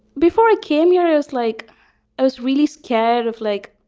before i came here, i was like i was really scared of, like,